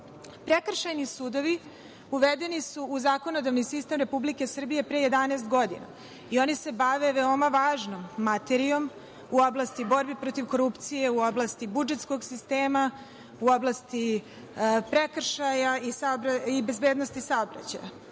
zemlja. Prekršajni sudovi uvedeni su u zakonodavni sistem Republike Srbije pre 11 godina i oni se bave veoma važnom materijom u oblasti borbe protiv korupcije, u oblasti budžetskog sistema, u oblasti prekršaja i bezbednosti saobraćaja.